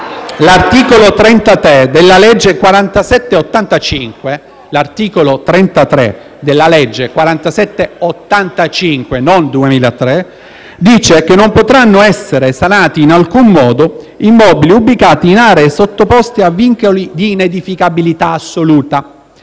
L’articolo 33 della legge n. 47 del 1985 - non 2003 - dice che non potranno essere sanati in alcun modo immobili ubicati in aree sottoposte a vincoli di inedificabilità assoluta